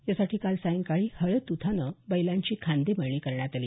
यासाठी काल सायंकाळी हळद दुधानं बैलांची खांदेमळणी करण्यात आली